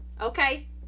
okay